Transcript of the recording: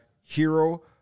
hero